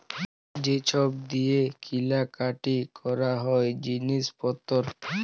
যে ছব দিঁয়ে কিলা কাটি ক্যরা হ্যয় জিলিস পত্তর